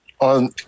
On